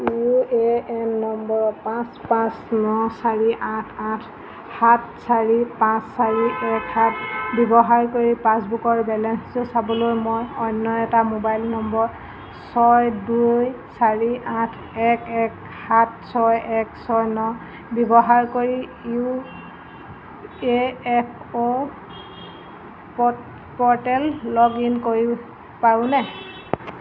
UAN number পাঁচ পাঁচ ন চাৰি আঠ আঠ সাত চাৰি পাঁচ চাৰি এক সাত ব্যৱহাৰ কৰি পাছবুকৰ বেলেঞ্চটো চাবলৈ মই অন্য এটা মোবাইল নম্বৰ ছয় দুই চাৰি আঠ এক এক সাত ছয় এক ছয় ন ব্যৱহাৰ কৰি ইউএএফঅ' পট প'ৰ্টেল লগ ইন কৰি পাৰোঁনে